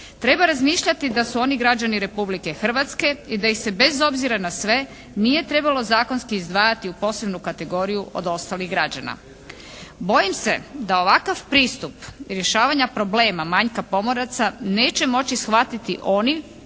treba razmišljati da su oni građani Republike Hrvatske i da ih se bez obzira na sve nije trebalo zakonski izdvajati u posebnu kategoriju od ostalih građana. Bojim se da ovakav pristup rješavanja problema manjka pomoraca neće moći shvatiti oni